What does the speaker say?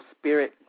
spirit